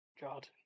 God